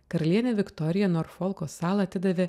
karalienė viktorija norfolko salą atidavė